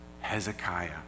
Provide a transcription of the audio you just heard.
Hezekiah